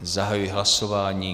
Zahajuji hlasování.